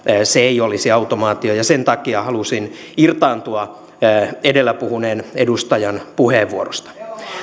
se ei olisi automaatio sen takia halusin irtaantua edellä puhuneen edustajan puheenvuorosta